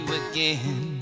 again